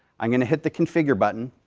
i'm going to hit the configure button,